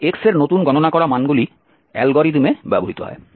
তাই x এর নতুন গণনা করা মানগুলি অ্যালগরিদমে ব্যবহৃত হয়